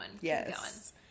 Yes